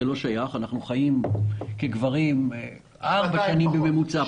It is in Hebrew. אנחנו כגברים חיים בממוצע ארבע שנים פחות.